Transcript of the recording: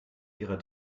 ihrer